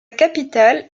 capitale